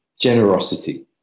generosity